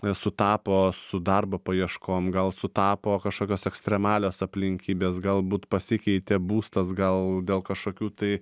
sutapo su darbo paieškom gal sutapo kažkokios ekstremalios aplinkybės galbūt pasikeitė būstas gal dėl kažkokių tai